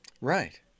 Right